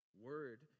word